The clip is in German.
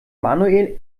manuel